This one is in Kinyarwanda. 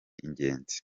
ingenzi